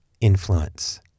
influence